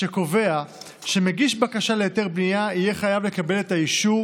שקובע שמגיש בקשה להיתר בנייה יהיה חייב לקבל את האישור